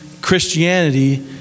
Christianity